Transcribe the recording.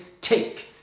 Take